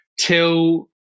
till